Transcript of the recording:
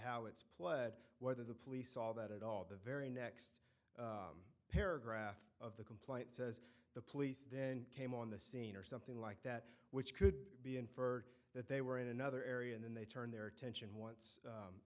how it's played whether the police saw that at all the very next paragraph of the complaint says the police then came on the scene or something like that which could be inferred that they were in another area and then they turned their attention once